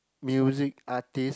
music artist